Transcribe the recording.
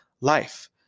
life